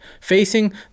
facing